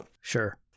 Sure